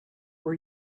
were